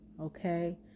okay